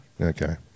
Okay